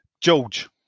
George